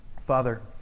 Father